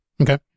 Okay